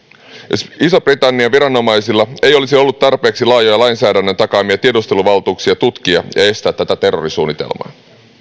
jos ison britannian viranomaisilla ei olisi ollut tarpeeksi laajoja lainsäädännön takaamia tiedusteluvaltuuksia tutkia ja estää tätä terrorisuunnitelmaa